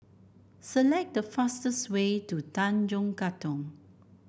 select the fastest way to Tanjong Katong